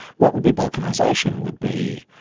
what would be balkanisation would be,